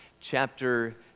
chapter